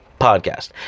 Podcast